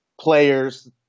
players